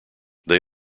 they